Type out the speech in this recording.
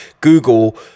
Google